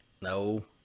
No